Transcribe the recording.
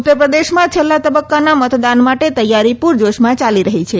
ઉત્તર પ્રદેશમાં છેલ્લા તબક્કાના મતદાન માટે તૈયારી પૂરજોશમાં ચાલી રહી છે